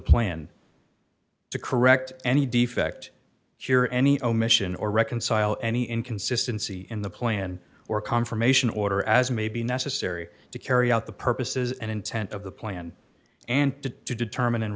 plan to correct any defect here any omission or reconcile any inconsistency in the plan or confirmation order as may be necessary to carry out the purposes and intent of the plan and to determine